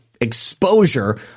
exposure